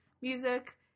music